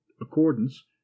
accordance